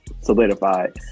solidified